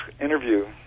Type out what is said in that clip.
interview